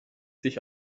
sich